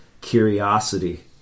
curiosity